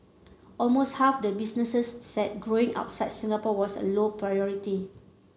almost half the businesses said growing outside Singapore was a low priority